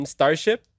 Starship